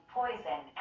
poison